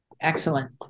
Excellent